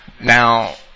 Now